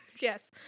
Yes